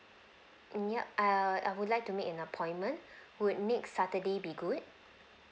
mm yup err I would like to make an appointment would next saturday be good